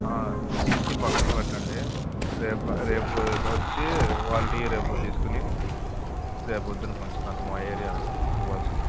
తీసి పక్కన పెట్టండి రేపు రేపు వచ్చి ఇవాల్టివి రేపు తీసుకుని రేపొద్దున్న పంచుతాను మా ఏరియానే కదా ఇవ్వాల్సింది